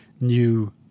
new